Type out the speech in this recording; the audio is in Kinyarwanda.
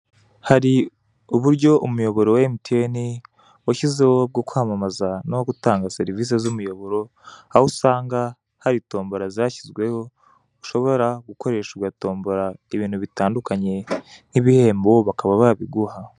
Hari uburyo umuyoboro wa Emutiyeni, washyizeho bwo kwamamaza no gutanga serivise z'umuyoboro, aho usanga hari tombora zashyizweho, ushobora gukoresha ugatombora ibintu bitandukanye nk'ibihembo bakaba babiguha.